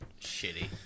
Shitty